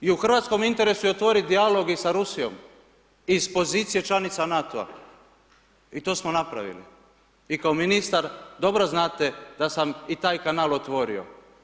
Dakle i u hrvatskom interesu je otvoriti dijalog i sa Rusijom iz pozicije članice NATO-a i to smo napravili i kao ministar, dobro znate da sam i taj kanal otvorio.